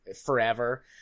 forever